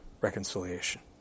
reconciliation